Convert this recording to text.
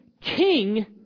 king